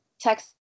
text